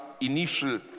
initial